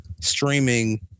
streaming